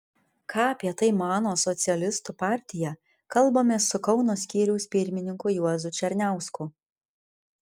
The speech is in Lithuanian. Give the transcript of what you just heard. ką apie tai mano socialistų partija kalbamės su kauno skyriaus pirmininku juozu černiausku